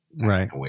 right